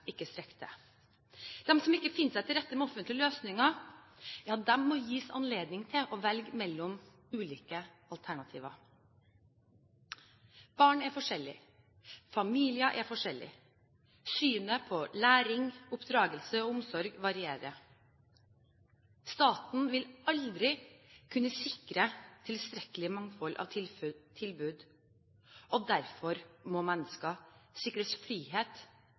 ikke strekker til. De som ikke finner seg til rette med offentlige løsninger, må gis anledning til å velge mellom ulike alternativer. Barn er forskjellige. Familier er forskjellige. Synet på læring, oppdragelse og omsorg varierer. Staten vil aldri kunne sikre et tilstrekkelig mangfold av tilbud, og derfor må mennesker sikres frihet